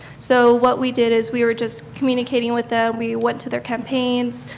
so what we did is we were just communicating with them. we went to their campaigns.